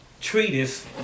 treatise